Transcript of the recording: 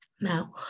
Now